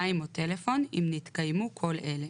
מים או טלפון אם נתקיימו כל אלה.